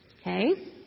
Okay